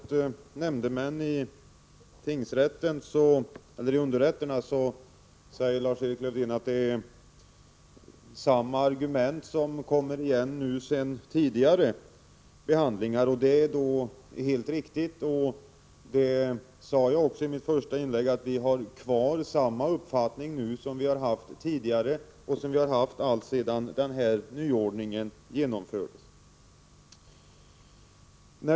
Herr talman! När det gäller antalet nämndemän i underrätterna säger Lars-Erik Lövdén att det är samma argument som kommer igen nu som vid tidigare behandlingar. Det är helt riktigt, och jag sade också i mitt första inlägg att vi har samma uppfattning som vi har haft tidigare — och som vi har haft alltsedan den här nyordningen genomfördes.